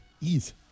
Ease